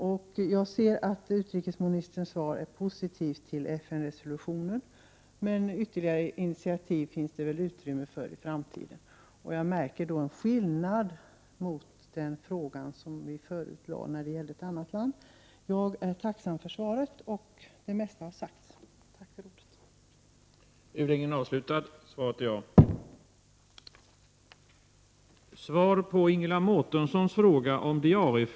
Jag ser i svaret att utrikesministern är positiv till FN-resolutionen, men det Prot. 1988/89: 122 finns väl i framtiden utrymme för ytterligare initiativ. Jag märker här en 26 maj 1989 skillnad i förhållande till den fråga som vi tidigare ställt beträffande ett annat Om diarieföringen och land. Jag är emellertid tacksam för svaret, och det mesta har väl redan sagts i arkiveringen av handdenna fråga. lingar i utrikesdepartementet